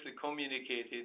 communicated